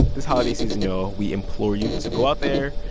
this holiday season, y'all, we implore you to go out there,